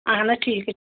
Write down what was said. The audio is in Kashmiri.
اَہن حظ ٹھیٖک